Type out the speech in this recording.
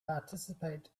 participate